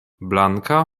blanka